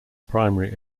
primary